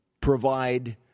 provide